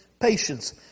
Patience